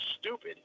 stupid